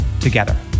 together